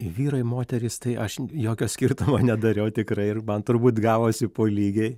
vyrai moterys tai aš jokio skirtumo nedariau tikrai ir man turbūt gavosi po lygiai